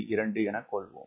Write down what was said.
2 எனக் கொள்வோம்